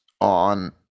on